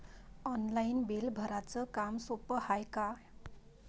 Online bill भराच काम सोपं हाय का?